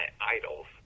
idols